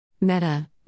Meta